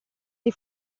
dei